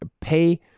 pay